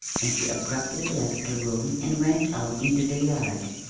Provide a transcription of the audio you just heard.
and she abruptly left the room and went out into the yard.